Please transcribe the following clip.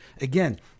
again